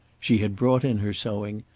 she had brought in her sewing,